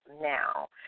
now